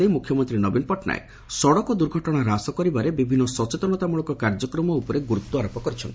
ଦେଇ ମୁଖ୍ୟମନ୍ତୀ ନବୀନ ପଟ୍ଟନାୟକ ସଡ଼କ ଦୁର୍ଘଟଣା ହ୍ରାସ କରିବାରେ ବିଭିନ୍ନ ସଚେତନତାମୁଳକ କାର୍ଯ୍ୟକ୍ରମ ଉପରେ ଗୁରୁତ୍ୱାରୋପ କରିଛନ୍ତି